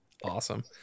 Awesome